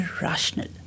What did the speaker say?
irrational